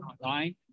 online